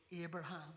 Abraham